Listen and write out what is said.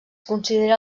considera